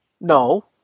No